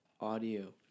audio